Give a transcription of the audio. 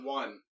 one